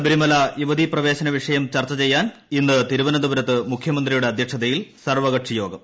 ശബരിമല യുവതി പ്രവേശന വിഷയം ചർച്ച ചെയ്യാൻ ഇന്ന് തിരുവനന്തപുരത്ത് മുഖ്യമന്ത്രിയുടെ അധ്യക്ഷതയിൽ സർവ്വകക്ഷിയോഗം